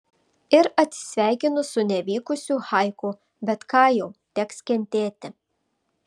ir atsisveikinu su nevykusiu haiku bet ką jau teks kentėti